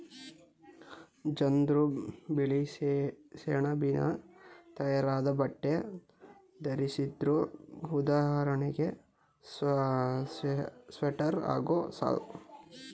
ಜನ್ರು ಬಿಳಿಸೆಣಬಿನಿಂದ ತಯಾರಾದ್ ಬಟ್ಟೆ ಧರಿಸ್ತಿದ್ರು ಉದಾಹರಣೆಗೆ ಸ್ವೆಟರ್ ಹಾಗೂ ಶಾಲ್